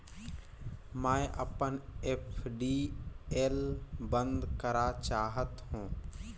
मैं अपन एफ.डी ल बंद करा चाहत हों